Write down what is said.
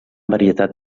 varietat